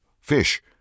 fish